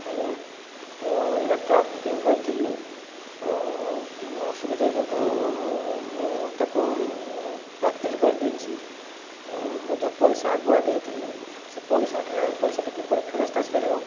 ଆଜ୍ଞା ମୁଁ ଏକ କ୍ୟାବ୍ ବୁକିଂ କରିଥିଲି ଅସୁବିଧା ଯୋଗୁଁ ମୁଁ ତାକୁ ବାତିଲ କରି ଦେଇଛି ଆଉ ମୁଁ ଯେଉଁ ପଇସା ଆଗୁଆ ଦେଇଥିଲି ସେ ପଇସାଟାର ପଇସାଟା କିପରି ଫେରସ୍ତ ଆସିପାରିବ